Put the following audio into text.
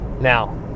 now